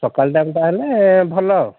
ସକାଳ ଟାଇମ୍ଟା ହେଲେ ଭଲ